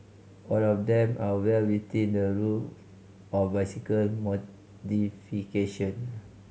all of them are well within the rule of bicycle modification